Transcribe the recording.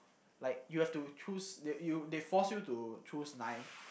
like you have to choose they you they force you to choose nine